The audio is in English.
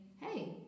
hey